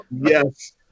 Yes